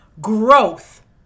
growth